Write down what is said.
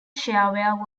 shareware